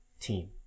team